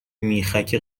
میخک